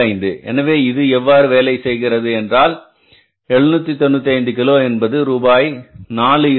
25 எனவே இது எவ்வாறு வேலை செய்தது என்றால் 795 கிலோ என்பது ரூபாய் 4